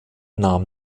nahm